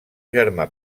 germà